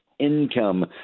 income